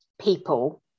people